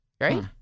Right